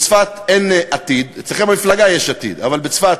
בצפת אין עתיד, אצלכם במפלגה יש עתיד, אבל בצפת